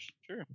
sure